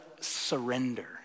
surrender